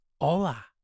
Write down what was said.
Hola